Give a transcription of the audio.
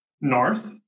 north